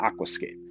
aquascape